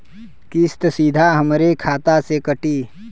किस्त सीधा हमरे खाता से कटी?